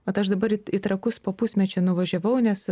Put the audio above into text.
vat aš dabar į trakus po pusmečio nuvažiavau nes